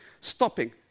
stopping